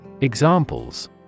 Examples